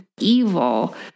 evil